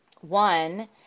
One